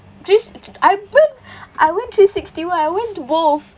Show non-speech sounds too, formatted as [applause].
three s~ I went [breath] I went three sixty [one] I went to both